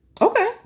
Okay